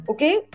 Okay